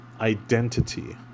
identity